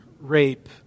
rape